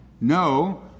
No